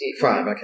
Five